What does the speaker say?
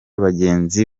bagenzi